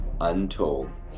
untold